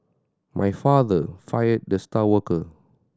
my father fired the star worker